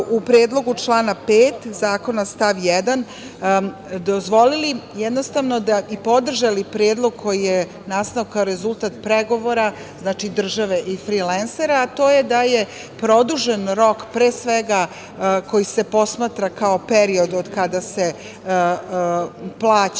u Predlogu člana 5. Zakona, stav 1. dozvolili i podržali predlog koji je nastao kao rezultat pregovora države i frilensera, a to je da je produžen rok, pre svega koji se posmatra kao period od kada se plaća